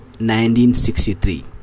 1963